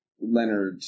Leonard